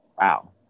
Wow